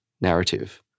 narrative